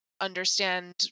understand